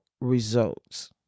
results